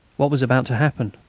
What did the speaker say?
what was about to happen?